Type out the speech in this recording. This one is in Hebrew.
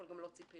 אבל גם לא ציפינו.